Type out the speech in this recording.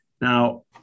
Now